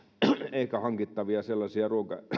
hankittuja sellaisia